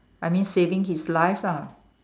I mean saving his life lah